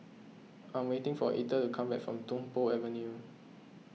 I am waiting for Ether to come back from Tung Po Avenue